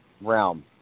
realm